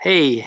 Hey